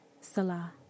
Salah